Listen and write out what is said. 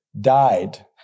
died